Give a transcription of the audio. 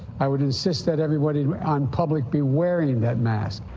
i would insist that everybody in public be wearing that mask.